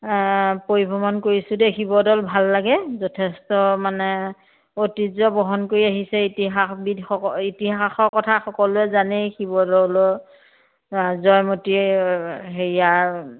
পৰিভ্ৰমণ কৰিছোঁ দেই শিৱদৌল ভাল লাগে যথেষ্ট মানে ঐতিহ্য বহণ কৰি আহিছে ইতিহাসবিদসকল ইতিহাসৰ কথা সকলোৱে জানেই শিৱদৌলৰ জয়মতী হেৰিয়াৰ